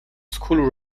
school